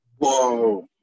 whoa